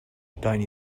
tiny